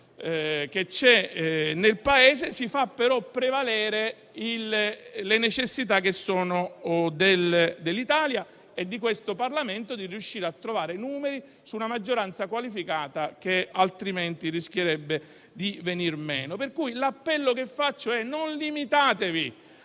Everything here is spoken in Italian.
che c'è nel Paese, si fanno però prevalere le necessità dell'Italia e del Parlamento di riuscire a trovare numeri su una maggioranza qualificata che altrimenti rischierebbe di venir meno. Per cui l'appello che faccio è: non limitatevi